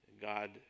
God